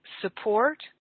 support